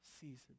season